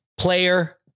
Player